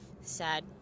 sad